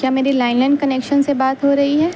کیا میری line line connection سے بات ہو رہی ہے